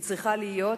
היא צריכה להיות,